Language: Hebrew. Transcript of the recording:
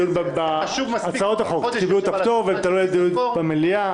הצעות החוק קיבלו פטור מחובת הנחה ויעלו לדיון במליאה.